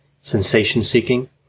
sensation-seeking